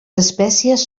espècies